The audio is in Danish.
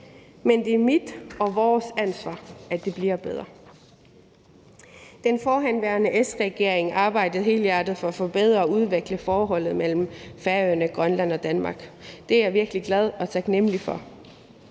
men det er mit og vores ansvar, at det bliver bedre. Den forhenværende S-regering arbejdede helhjertet for at forbedre og udvikle forholdet mellem Færøerne, Grønland og Danmark, og det er jeg virkelig glad og taknemlig for.